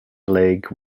league